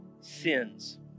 sins